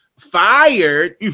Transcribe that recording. fired